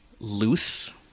loose